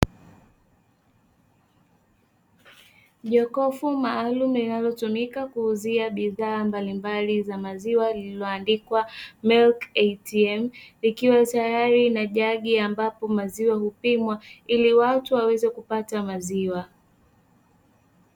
Jokofu maalumu linalotumika kuuzia bidhaa mbalimbali za maziwa lililoandikwa ''MILK ATM'' likiwa tayari na jagi, ambapo maziwa hupimwa ili watu waweze kupata maziwa.